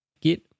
Git